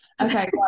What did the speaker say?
Okay